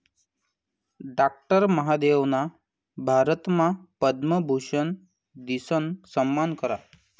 doctor महादेवना भारतमा पद्मभूषन दिसन सम्मान करा